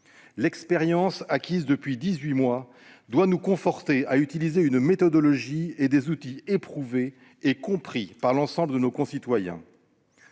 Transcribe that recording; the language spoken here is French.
L'expérience acquise depuis dix-huit mois doit nous conforter dans l'utilisation d'une méthodologie et d'outils éprouvés et compris par l'ensemble de nos concitoyens.